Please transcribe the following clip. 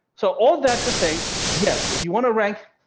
so all that to say yes, if you want to rank,